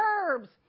herbs